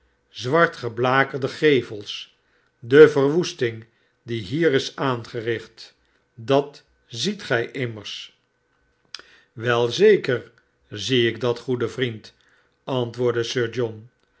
zwartgeblakerde gevels de verwoesting die hier is aangericht dat ziet gij immers wel zeker zie ik dat goede vriend antwoordde sir john